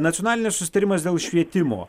nacionalinis susitarimas dėl švietimo